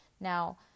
Now